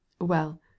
Well